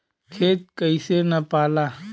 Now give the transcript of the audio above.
खेत कैसे नपाला?